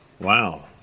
Wow